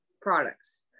products